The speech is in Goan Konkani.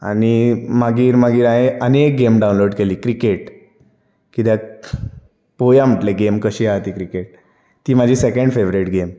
आनी मागीर मागीर हांये आनी एक गेम डावनलोड केली क्रिकेट कित्याक पळोवया म्हटली गेम कशी आहा ती क्रिकेट ती म्हाजी सॅकेंड फेवरेट गेम